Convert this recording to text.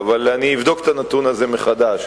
אבל אני אבדוק את הנתון הזה מחדש,